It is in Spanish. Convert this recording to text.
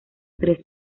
tres